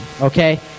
okay